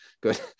good